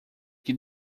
que